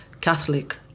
Catholic